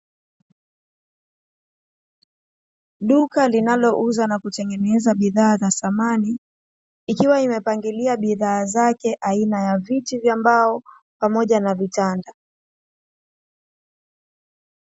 Duka linalouza na kutengeneza bidhaa za samani, ikiwa imepangilia bidhaa zake aina ya viti vya mbao pamoja na vitanda.